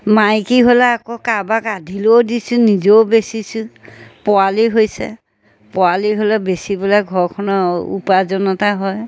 মাইকী হ'লে আকৌ কাৰোবাক আধিলৈও দিছোঁ নিজেও বেচিছোঁ পোৱালি হৈছে পোৱালি হ'লে বেচি পেলাই ঘৰখনৰ উপাৰ্জন এটা হয়